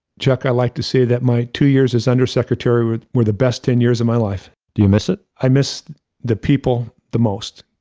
chuck, i like to say that my two years as undersecretary were were the best ten years of my life. do you miss it? i miss the people the most,